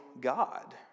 God